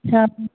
हा